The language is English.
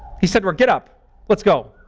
he said to her, get up let's go